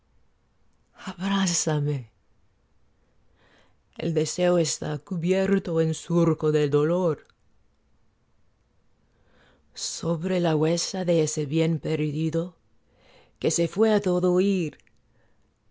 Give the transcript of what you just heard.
abrázame el deseo está á cubierto en surco de dolor sobre la huesa de ese bien perdido que se fué á todo ir